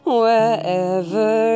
wherever